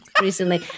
recently